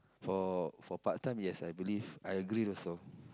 for for part-time yes I believe I agree also